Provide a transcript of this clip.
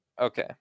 Okay